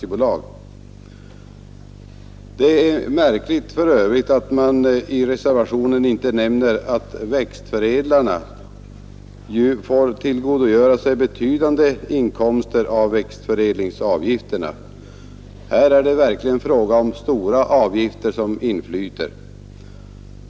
Det är för övrigt märkligt att det inte nämns i reservationen att växtförädlarna får tillgodogöra sig betydande inkomster av växtförädlingsavgifterna. Det är verkligen stora avgifter som inflyter i det sammanhanget.